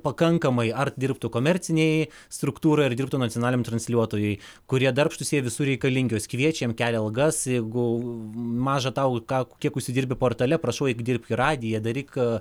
pakankamai ar dirbtų komercinėj struktūroj ar dirbtų nacionaliniam transliuotojui kurie darbštūs jie visur reikalingi juos kviečia jiem kelia algas jeigu maža tau ką kiek užsidirbi portale prašau eik dirbk į radiją daryk ką